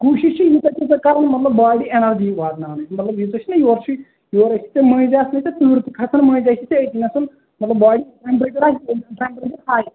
کوٗشِش چھِ ییٖژاہ تیٖژاہ کَرٕنۍ مطلب باڈی ایٚنرجی واتناونٕچ مطلب یوٗتاہ چھُناہ یورٕ چھُے یورٕکۍ تہِ مٲنۍزٮ۪س تہٕ تٍرٕ تہِ کھسان مٔنٛزۍ آسی ژےٚ أتۍنس مطلب باڑی ٹیٚمیچر آسہِ کُنہِ ساتہٕ أمِس ہاے